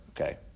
Okay